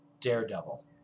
daredevil